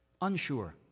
unsure